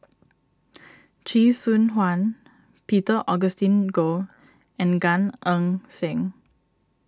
Chee Soon Juan Peter Augustine Goh and Gan Eng Seng